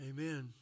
Amen